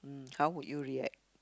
how would you react